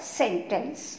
sentence